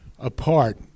Apart